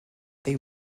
they